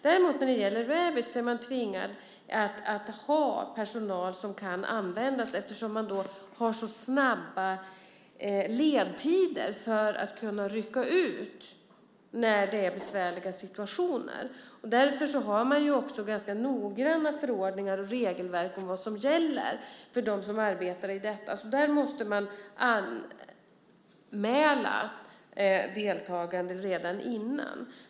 När det däremot gäller Rabit är man tvingad att ha personal som kan användas eftersom man då har så snabba ledtider för att kunna rycka ut i besvärliga situationer. Därför har man ganska noggranna förordningar och regelverk för vad som gäller för dem som arbetar med detta. Där måste man anmäla deltagande redan innan.